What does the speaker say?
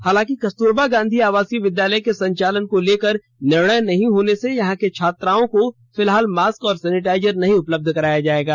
हालांकि कस्तूरबा गांधी आवासीय विद्यालय के संचालन को लेकर निर्णय नहीं होने से यहां की छात्राओं को फिलहाल मास्क और सैनिटाइजर नहीं उपलब्ध कराया जाएगा